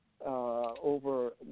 over